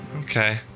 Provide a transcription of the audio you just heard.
Okay